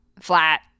flat